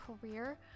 career